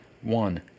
One